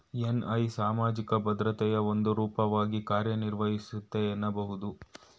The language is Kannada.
ಎನ್.ಐ ಸಾಮಾಜಿಕ ಭದ್ರತೆಯ ಒಂದು ರೂಪವಾಗಿ ಕಾರ್ಯನಿರ್ವಹಿಸುತ್ತೆ ಎನ್ನಬಹುದು